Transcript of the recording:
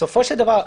בסופו של דבר,